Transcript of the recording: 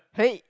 hey